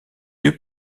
deux